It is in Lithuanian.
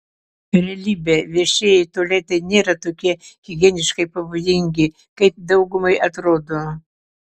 realybė viešieji tualetai nėra tokie higieniškai pavojingi kaip daugumai atrodo